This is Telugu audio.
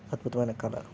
అద్భుతమైన కళ